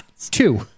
Two